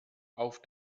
auf